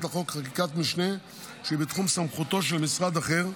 לחוק חקיקת משנה שהיא בתחום סמכותו של משרד אחר,